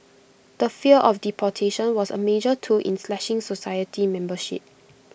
the fear of deportation was A major tool in slashing society membership